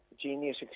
genius